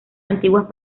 antiguas